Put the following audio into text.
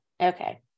Okay